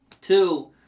Two